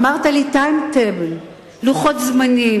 אמרת לי: time table, לוחות זמנים.